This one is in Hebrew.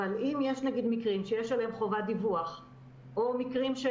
אבל אם יש נגיד מקרים שיש עליהם חובת דיווח או מקרים של